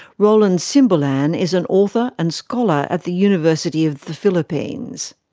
roland simbulan is an author and scholar at the university of the philippines.